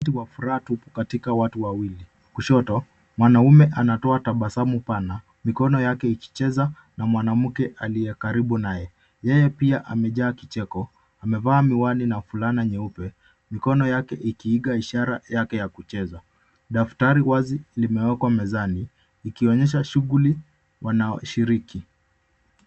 Wakati wa furaha tupu katika watu wawili. Kushoto, mwanamume anatoa tabasamu pana, mikono yake ikicheza na mwanamke aliye karibu naye. Yeye pia amejaa kicheko. Amevaa miwani na fulana nyeupe mikono yake ikiiga ishara yake ya kucheza. Daftari wazi imewekwa mezani ikionyesha shughuli wanaoshiriki.